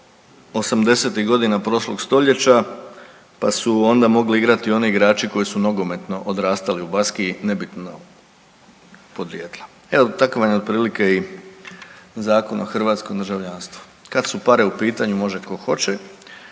godina prošlog stoljeća pa su onda mogli igrati oni igrači koji su nogometno odrastali u Baskiji nebitno podrijetla. Evo takav vam je otprilike i Zakon o hrvatskom državljanstvu. Kad su pare u pitanju može tko hoće,